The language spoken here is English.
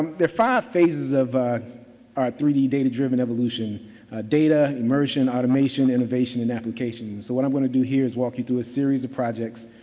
there are five phases of our three d data driven evolution data, immersion, automation, innovation and application. so, what i'm going to do here is walk you through a series of projects,